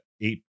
eight